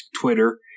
Twitter